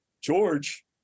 George